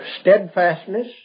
steadfastness